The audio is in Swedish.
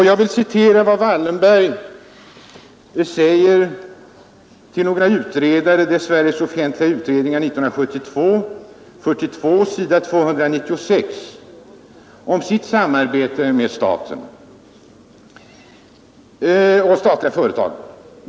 Jag vill citera vad Wallenberg säger till några utredare — det gäller Sveriges offentliga utredningar 1970:42, s. 296 — om sitt samarbete med staten och statliga företag.